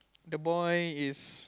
the boy is